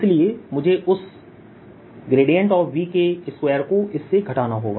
इसलिए मुझे उस ∇V के स्क्वायर को इससे घटाना होगा